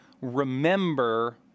remember